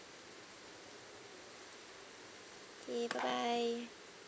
K bye bye